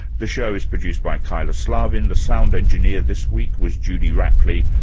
the show is produced by kyla slaven, the sound engineer this week was judy rapley.